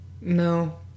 no